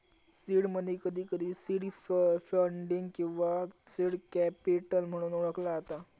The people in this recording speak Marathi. सीड मनी, कधीकधी सीड फंडिंग किंवा सीड कॅपिटल म्हणून ओळखला जाता